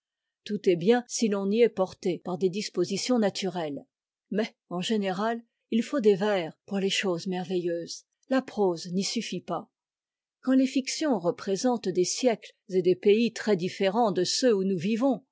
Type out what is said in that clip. tout est bien si l'on y est porté par des dispositions naturelles mais en général il faut des vers pour les choses merveilleuses la prose n'y suffit pas quand les fictions représentent des siècles et des pays très différents de ceux où nous vivons